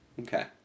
Okay